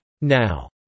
Now